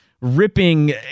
ripping